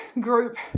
group